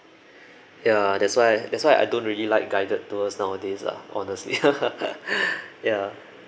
ya that's why that's why I don't really like guided tours nowadays ah honestly ya